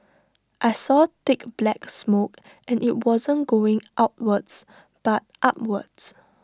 I saw thick black smoke and IT wasn't going outwards but upwards